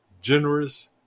generous